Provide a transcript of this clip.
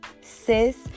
sis